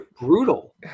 Brutal